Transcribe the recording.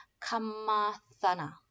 Kamathana